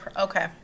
Okay